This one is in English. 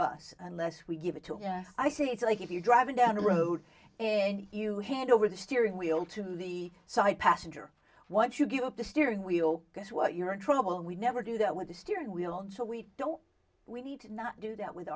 us unless we give it to i say it's like if you're driving down a road and you hand over the steering wheel to the side passenger once you give up the steering wheel guess what you're in trouble and we never do that with the steering wheel and so we don't we need to not do that with